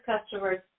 customers